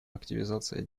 активизация